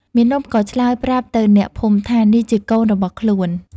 មាណពក៏ឆ្លើយប្រាប់ទៅអ្នកភូមិថា នេះជាកូនរបស់ខ្លួន។